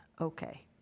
okay